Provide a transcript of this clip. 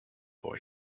boy